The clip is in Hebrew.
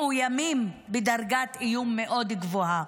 מאוימים בדרגת איום מאוד גבוהה.